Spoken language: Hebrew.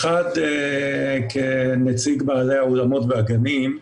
אחד, כנציג בעלי האולמות והגנים,